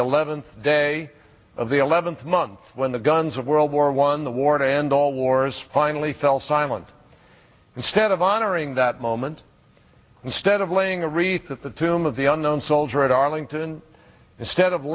eleventh day of the eleventh month when the guns of world war one the war to end all wars finally fell silent instead of honoring that moment instead of laying a wreath at the tomb of the unknown soldier at arlington instead of